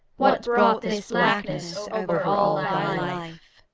what brought this blackness over all thy